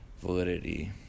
validity